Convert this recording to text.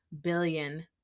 billion